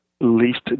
least